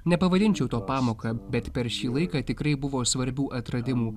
nepavadinčiau to pamoka bet per šį laiką tikrai buvo svarbių atradimų